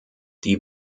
die